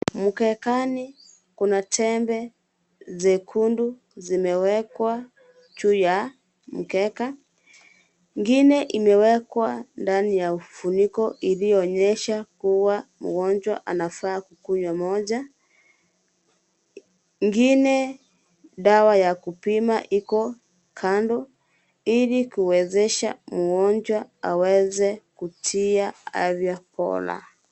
Mkekani, kuna tembe, zekundu, zimewekwa juu ya mkeka. Ingine imewekwa ndani ya ufuniko iliyoonyesha kuwa mgonjwa anafaa kunywa moja. Ingine, dawa ya kupima iko kando, ili kuwezesha mgonjwa aweze kutia afya bora.